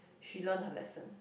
she learn her lesson